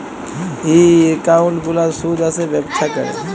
ই account গুলার সুদ আসে ব্যবছা ক্যরে